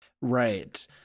Right